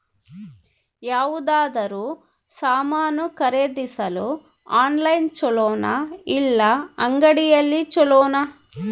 ಯಾವುದಾದರೂ ಸಾಮಾನು ಖರೇದಿಸಲು ಆನ್ಲೈನ್ ಛೊಲೊನಾ ಇಲ್ಲ ಅಂಗಡಿಯಲ್ಲಿ ಛೊಲೊನಾ?